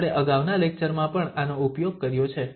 આપણે અગાઉના લેક્ચરમાં પણ આનો ઉપયોગ કર્યો છે